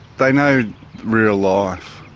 they know real life.